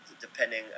depending